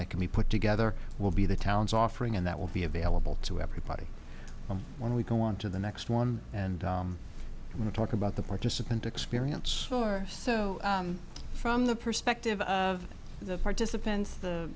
that can be put together will be the town's offering and that will be available to everybody when we go on to the next one and going to talk about the participant experience or so from the perspective of the participants the